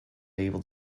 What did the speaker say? able